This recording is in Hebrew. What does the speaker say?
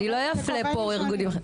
אני לא אפלה פה ארגונים.